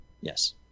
Yes